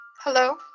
Hello